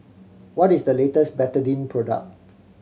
what is the latest Betadine product